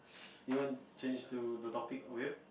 you want change to the topic